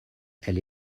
elle